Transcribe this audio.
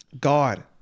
god